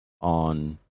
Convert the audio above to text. on